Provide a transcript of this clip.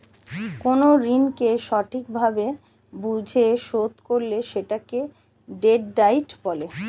কোন ঋণকে সঠিক ভাবে বুঝে শোধ করলে সেটাকে ডেট ডায়েট বলে